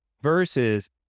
versus